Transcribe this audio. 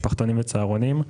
משפחתונים וצהרונים,